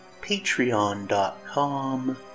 patreon.com